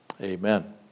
Amen